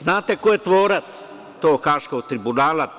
Znate li ko je tvorac tog Haškog tribunala?